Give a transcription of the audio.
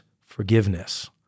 forgiveness